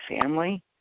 family